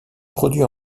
produit